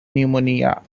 pneumonia